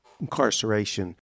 incarceration